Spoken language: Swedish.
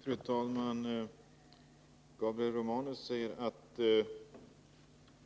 Fru talman! Gabriel Romanus sade att